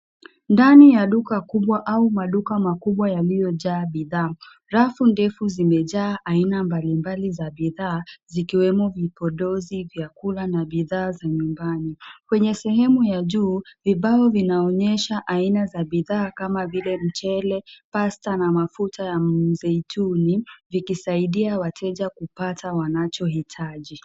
Ndani ya duka kubwa au maduka kubwa yaliojaa bidhaa, rafu ndefu zimejaa aina mbalimbali za bidhaa zikiwemo vipodozi vyakula na bidhaa za nyumbani, kwenye sehemu ya juu viabo vinaonyesha aina za bidhaa kama vile mchele, pasta na mafuta ya zaituni vikisaidia wateja kupata wanachokihitaji.